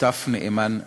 שותף נאמן לנושא.